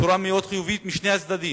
בצורה מאוד חיובית משני הצדדים.